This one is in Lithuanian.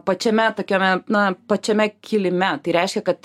pačiame tokiame na pačiame kilime tai reiškia kad